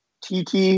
TT